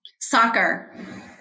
Soccer